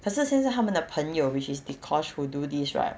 可是现在他们的朋友 which is dee kosh who do this right